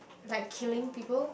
like killing people